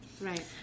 Right